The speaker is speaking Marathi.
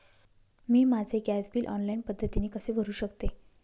मी माझे गॅस बिल ऑनलाईन पद्धतीने कसे भरु शकते?